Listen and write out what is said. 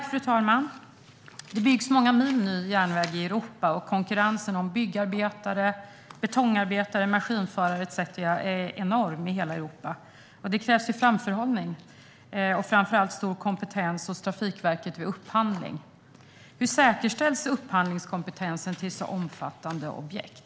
Fru talman! Det byggs många mil ny järnväg i Europa, och konkurrensen om byggarbetare, betongarbetare, maskinförare etcetera är enorm i hela Europa. Det krävs alltså framförhållning och framför allt stor kompetens hos Trafikverket vid upphandling. Hur säkerställs upphandlingskompetensen till så omfattande objekt?